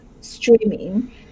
streaming